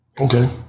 Okay